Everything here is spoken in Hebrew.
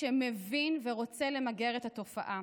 שמבין ורוצה למגר את התופעה.